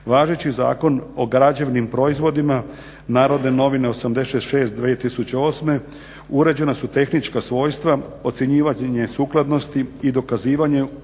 Važeći zakon o građevnim proizvodima NN br. 86/2008. Uređena su tehnička svojstva, usklađivanje sukladnosti i dokazivanje